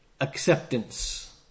acceptance